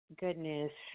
goodness